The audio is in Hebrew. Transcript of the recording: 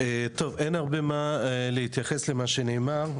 אין הרבה מה להוסיף למה שנאמר.